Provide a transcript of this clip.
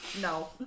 no